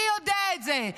אני יודע את זה.